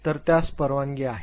तर त्यास परवानगी आहे